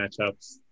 matchups